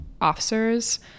officers